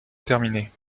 terminée